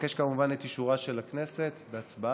אבקש כמובן את אישורה של הכנסת, בהצבעה.